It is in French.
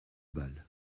bal